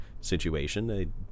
situation